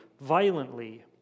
violently